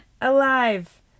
alive